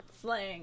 slang